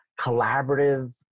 collaborative